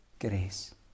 Grace